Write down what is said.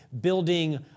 building